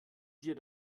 dir